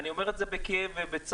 אני אומר את זה בכאב ובצער,